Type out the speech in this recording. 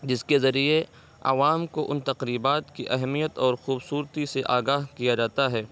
جس کے ذریعے عوام کو ان تقریبات کی اہمیت اورخوبصورتی سے آگاہ کیا جاتا ہے